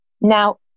Now